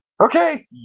Okay